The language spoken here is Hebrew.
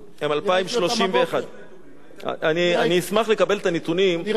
יש נתונים, הם 2,031. ראיתי אותם הבוקר.